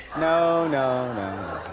no, no, no.